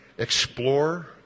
explore